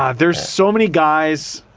ah there's so many guys,